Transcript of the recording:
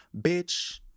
Bitch